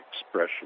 expression